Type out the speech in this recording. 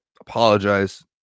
apologize